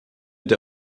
der